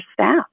staff